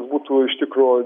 būtų iš tikro